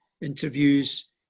interviews